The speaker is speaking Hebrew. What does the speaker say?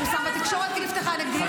פורסם בתקשורת כי נפתחה נגדי חקירה פלילית.